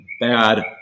bad